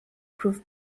proof